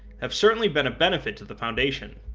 have certainly been a benefit to the foundation,